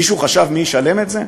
מישהו חשב מי ישלם את זה?